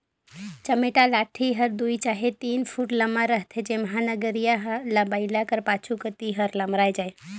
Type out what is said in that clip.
चमेटा लाठी हर दुई चहे तीन फुट लम्मा रहथे जेम्हा नगरिहा ल बइला कर पाछू कती हर लमराए जाए